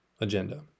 agenda